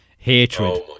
Hatred